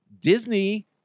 Disney